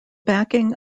backing